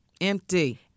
Empty